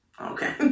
Okay